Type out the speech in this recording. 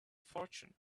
fortune